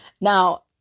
Now